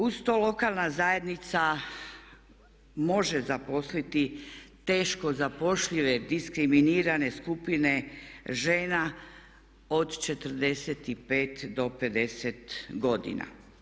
Uz to lokalna zajednica može zaposliti teško zapošljive diskriminirane skupine žena od 45 do 50 godina.